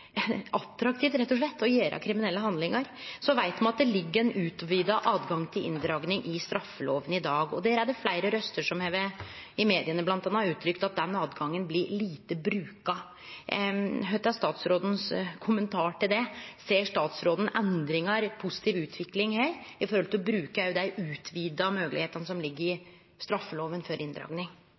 attraktivt, rett og slett, å gjere kriminelle handlingar. Så veit me at det ligg ein utvida tilgang til inndraging i straffeloven i dag, og det er fleire røyster, bl.a. i media, som har uttrykt at den tilgangen blir lite bruka. Kva er statsråden sin kommentar til det? Ser statsråden endringar og ei positiv utvikling her med tanke på å bruke òg dei utvida moglegheitene for inndraging som ligg i straffeloven?